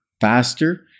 faster